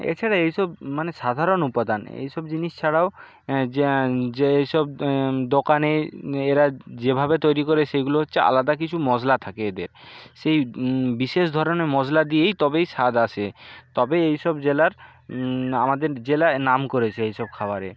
এছাড়া এই সব মানে সাধারণ উপাদান এই সব জিনিস ছাড়াও যেসব দোকানে এরা যেভাবে তৈরি করে সেইগুলো হচ্ছে আলাদা কিছু মশলা থাকে এদের সেই বিশেষ ধরনের মশলা দিয়েই তবেই স্বাদ আসে তবেই এই সব জেলার আমাদের জেলায় নাম করেছে এই সব খাবারে